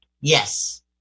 Yes